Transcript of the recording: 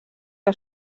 que